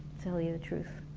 tell you the truth